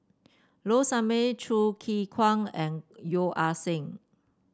Low Sanmay Choo Keng Kwang and Yeo Ah Seng